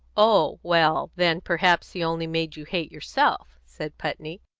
oh, well, then, perhaps he only made you hate yourself, said putney.